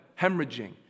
hemorrhaging